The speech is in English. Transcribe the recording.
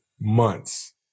months